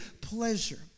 pleasure